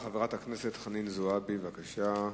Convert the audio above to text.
חברת הכנסת חנין זועבי, בבקשה.